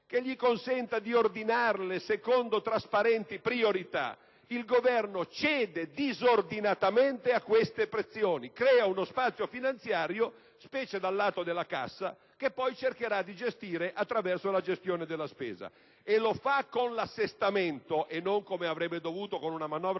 che gli consenta di ordinarle secondo trasparenti priorità, il Governo cede disordinatamente a queste pressioni e crea uno spazio finanziario, specie dal lato della cassa, che poi cercherà di gestire attraverso la gestione della spesa. E lo fa con l'assestamento e non come avrebbe dovuto con una manovra